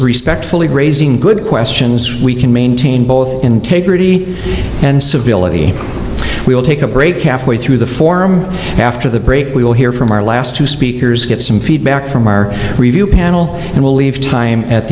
respectfully raising good questions we can maintain both integrity and civility we will take a break half way through the forum after the break we will hear from our last two speakers get some feedback from our review panel and we'll leave time at